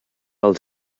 els